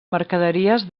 mercaderies